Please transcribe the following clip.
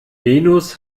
venus